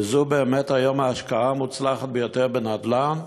וזו באמת היום ההשקעה המוצלחת ביותר בנדל"ן,